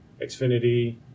xfinity